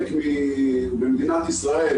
במדינת ישראל,